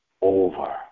over